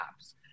apps